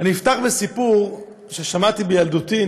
אפתח בסיפור ששמעתי בילדותי,